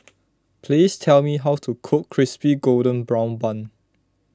please tell me how to cook Crispy Golden Brown Bun